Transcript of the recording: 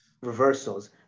reversals